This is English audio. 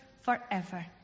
forever